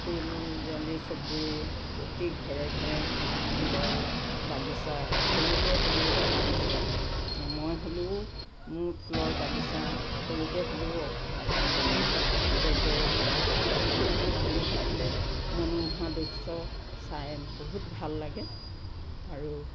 ফুলজালি চুবুৰী প্ৰতি ঘৰে ঘৰে ফুলৰ বাগিচা সৰুকৈ হ'লেও এখন আছে মই হ'লেও মোৰ ফুলৰ বাগিচা সৰুকৈ হ'লেও এখন বনাইছোঁ সৌন্দৰ্যৰে ভৰা ফুলবোৰ ফুলি থাকিলে মনোমোহা দৃশ্য চাই বহুত ভাল লাগে আৰু